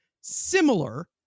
similar